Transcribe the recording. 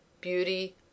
beauty